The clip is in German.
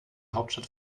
hauptstadt